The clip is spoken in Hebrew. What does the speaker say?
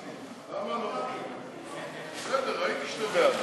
לתיקון פקודת מס הכנסה (מס' 241),